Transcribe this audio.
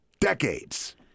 decades